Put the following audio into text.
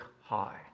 high